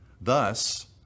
Thus